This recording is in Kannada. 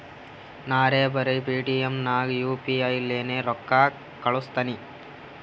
ನಾರೇ ಬರೆ ಪೇಟಿಎಂ ನಾಗ್ ಯು ಪಿ ಐ ಲೇನೆ ರೊಕ್ಕಾ ಕಳುಸ್ತನಿ